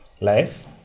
life